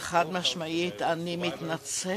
וחד-משמעית אני מתנצל,